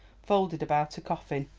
folded about a coffin,